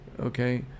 okay